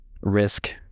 risk